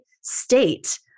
state